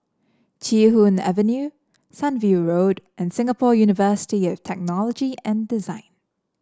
Chee Hoon Avenue Sunview Road and Singapore University of Technology and Design